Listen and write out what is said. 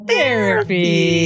Therapy